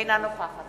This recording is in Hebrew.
אינה נוכחת